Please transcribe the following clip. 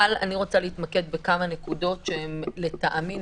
אבל אני רוצה להתמקד בכמה נקודות חשובות לטעמי.